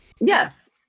Yes